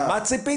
אבל למה ציפיתם?